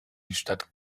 statt